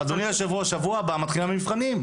אדוני היושב-ראש, בשבוע הבא מתחילים המבחנים.